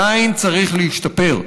הוא עדיין צריך להשתפר,